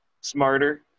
smarter